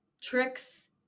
tricks